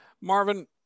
Marvin